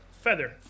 feather